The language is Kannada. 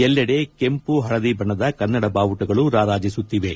ಎಲ್ಲೆಡೆ ಕೆಂಪು ಹಳದಿ ಬಣ್ಣದ ಕನ್ನಡ ಬಾವುಟಗಳು ರಾರಾಜಿಸುತ್ತಿವೆ